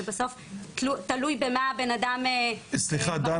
זה בסוף תלוי במה הבן-אדם מחזיק על עצמו --- האם